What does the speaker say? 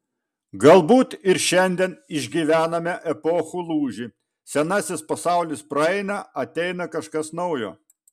galbūt ir šiandien išgyvename epochų lūžį senasis pasaulis praeina ateina kažkas naujo